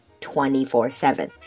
24-7